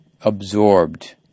absorbed